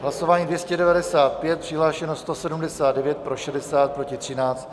V hlasování 295 přihlášeno 179, pro 60, proti 13.